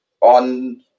on